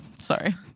Sorry